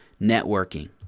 networking